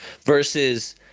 versus